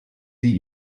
sie